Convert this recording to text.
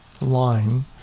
Line